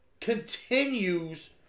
continues